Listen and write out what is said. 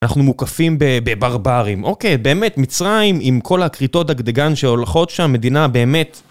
אנחנו מוקפים בברברים, אוקיי, באמת מצרים עם כל הקריטות דגדגן שהולכות שם, מדינה באמת...